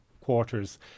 quarters